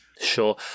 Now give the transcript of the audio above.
sure